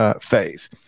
phase